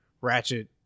Ratchet